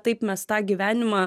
taip mes tą gyvenimą